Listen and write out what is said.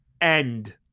end